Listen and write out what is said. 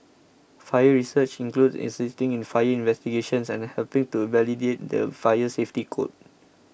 fire research includes assisting in fire investigations and helping to validate the fire safety code